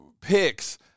picks